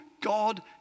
God